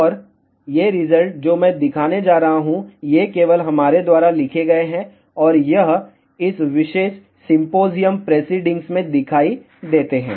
और ये रिजल्ट जो मैं दिखाने जा रहा हूं ये केवल हमारे द्वारा लिखे गए हैं और यह इस विशेष सिंपोजियम प्रेसिडिंग में दिखाई देते हैं